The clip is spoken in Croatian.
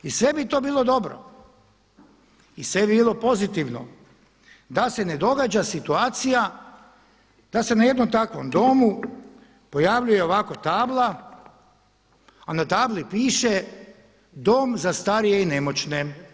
I sve bi to bilo dobro, i sve bi bilo pozitivno da se ne događa situacija da se na jednom takvom domu pojavljuje ovako tabla a na tabli piše dom za starije i nemoćne.